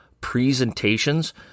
presentations